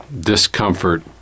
discomfort